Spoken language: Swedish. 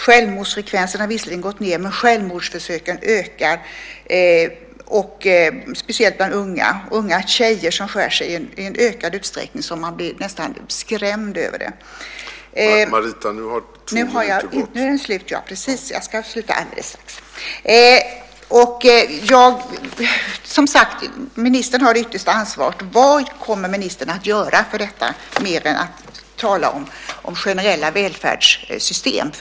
Självmordsfrekvensen har visserligen gått ned, men självmordsförsöken ökar, speciellt bland unga. Unga tjejer skär sig i sådan ökad utsträckning att man nästan blir skrämd av det. Ministern har som sagt det yttersta ansvaret, vad kommer ministern att göra för detta mer än att tala om generella välfärdssystem?